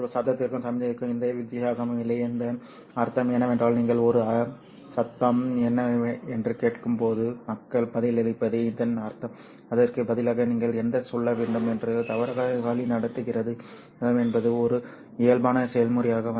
எனவே ஒரு சத்தத்திற்கும் சமிக்ஞைக்கும் எந்த வித்தியாசமும் இல்லை இதன் அர்த்தம் என்னவென்றால் நீங்கள் ஒரு சத்தம் என்ன என்று கேட்கும்போது மக்கள் பதிலளிப்பதே இதன் அர்த்தம் அதற்கு பதிலாக நீங்கள் என்ன சொல்ல வேண்டும் என்று தவறாக வழிநடத்துகிறது சத்தம் என்பது ஒரு இயல்பான செயல்முறையாகும்